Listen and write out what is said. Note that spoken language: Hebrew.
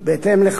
בהתאם לכך,